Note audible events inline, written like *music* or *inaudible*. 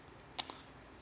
*noise*